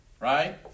right